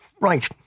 right